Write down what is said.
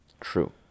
True